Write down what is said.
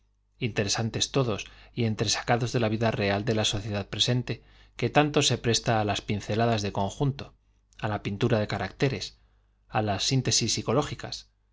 interesantes todos y entresacados de la vida real de la sociedad presente que tanto se presta á las pinceladas de conjunto á la pintura de caracteres á las síntesis psi